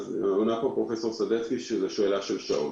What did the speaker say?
עונה פה פרופ' סדצקי שזה שאלה של שעות.